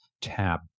tab